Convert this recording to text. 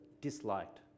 disliked